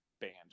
banned